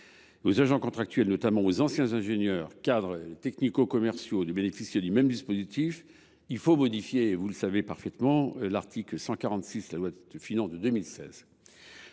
et agents contractuels, notamment aux anciens ingénieurs et cadres technico commerciaux, de bénéficier du même dispositif, il faut modifier, vous le savez parfaitement, l’article de la loi de finances pour 2016.